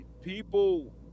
people